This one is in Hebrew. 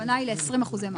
הכוונה היא ל-20 אחוזי מס.